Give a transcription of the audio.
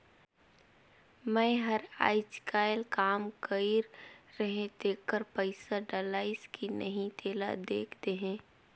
मै हर अईचकायल काम कइर रहें तेकर पइसा डलाईस कि नहीं तेला देख देहे?